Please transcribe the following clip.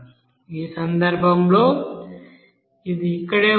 ఈ సందర్భంలో ఇది ఇక్కడే ఉంటుంది